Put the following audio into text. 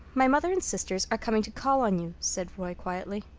my mother and sisters are coming to call on you, said roy quietly.